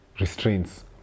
restraints